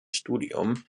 studium